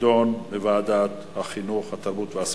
תידון בוועדת החינוך, התרבות והספורט.